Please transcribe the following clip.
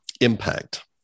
impact